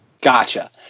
Gotcha